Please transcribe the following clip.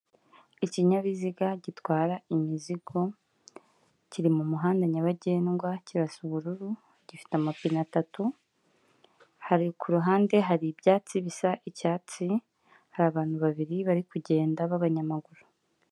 Ikinyabiziga gitwara imizigo kiri mu muhanda nyabagendwa kirasa ubururu gifite amapine atatu hari kuruhande hari ibyatsi bisa icyatsi hari abantu babiri bari kugenda ba abanyamaguru.